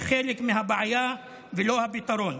וחלק מהבעיה ולא הפתרון.